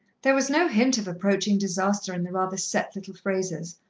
there was no hint of approaching disaster in the rather set little phrases,